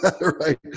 Right